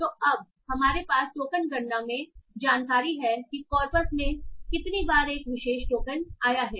तो अब हमारे पास टोकन गणना में जानकारी है कि कोरपस में कितनी बार एक विशेष टोकन आया है